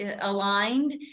aligned